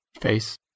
Face